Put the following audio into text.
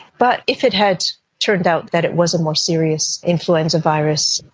but if it had turned out that it was a more serious influenza virus,